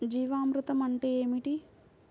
జీవామృతం అంటే ఏమిటి?